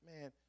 man